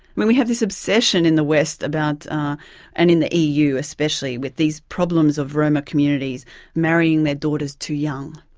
and we have this obsession in the west about and in the eu especially, with these problems of roma communities marrying their daughters too young,